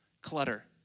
Clutter